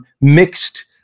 mixed